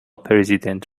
پرزیدنت